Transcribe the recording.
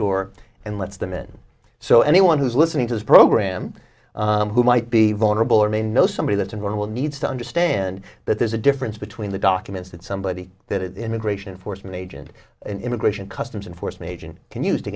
door and lets them in so anyone who's listening to this program who might be vulnerable or may know somebody that someone will need to understand that there's a difference between the documents that somebody that immigration enforcement agent an immigration customs enforcement agent can use to